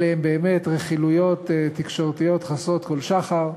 אלה הן באמת רכילויות תקשורתיות חסרות כל שחר.